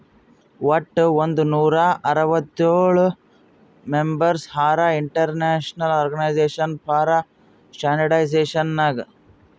ವಟ್ ಒಂದ್ ನೂರಾ ಅರ್ವತ್ತೋಳ್ ಮೆಂಬರ್ಸ್ ಹರಾ international organisation for standardisation Nag